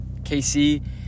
KC